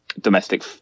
domestic